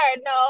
no